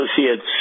associates